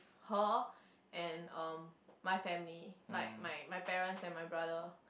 her and um my family like my my parents and my brother